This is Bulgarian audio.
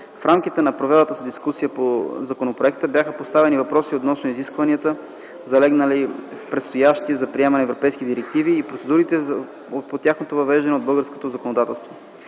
В рамките на провелата се дискусия по законопроекта бяха поставени въпроси относно изисквания, залегнали в предстоящи за приемане европейски директиви и процедурите по тяхното въвеждане в българското законодателство.